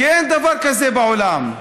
כי אין דבר כזה בעולם.